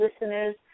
listeners